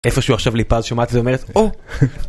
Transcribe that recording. איפה שהוא עכשיו ליפז שומעת את זה ואומרת, או!